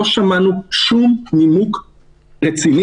לא שמענו שום נימוק רציני.